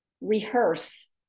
rehearse